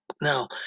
Now